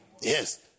Yes